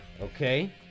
Okay